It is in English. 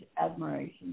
admiration